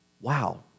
wow